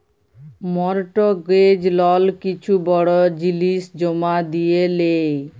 mortgage লল কিছু বড় জিলিস জমা দিঁয়ে লেই